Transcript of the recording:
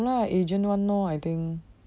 no lah agent [one] lor I think